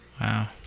wow